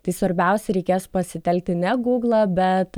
tai svarbiausia reikės pasitelkti ne gūglą bet